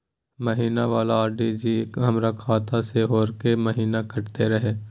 महीना वाला आर.डी जे हमर खाता से हरेक महीना कटैत रहे?